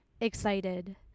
excited